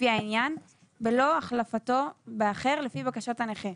לפי העניין, בלא החלפתו באחר, לפי בקשת הנכה.